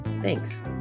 Thanks